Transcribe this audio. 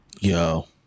yo